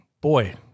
boy